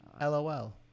LOL